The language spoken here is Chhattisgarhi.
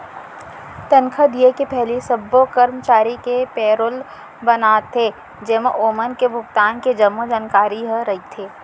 तनखा दिये के पहिली सब्बो करमचारी के पेरोल बनाथे जेमा ओमन के भुगतान के जम्मो जानकारी ह रथे